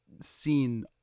seen